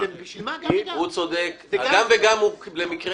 גם וגם למקרה